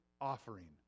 offering